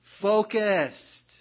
focused